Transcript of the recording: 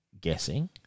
guessing